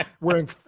wearing